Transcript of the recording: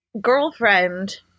girlfriend